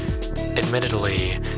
Admittedly